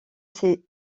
ses